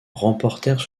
remportèrent